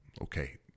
Okay